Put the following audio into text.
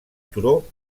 turó